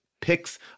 picks